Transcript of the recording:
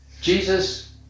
Jesus